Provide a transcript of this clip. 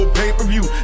pay-per-view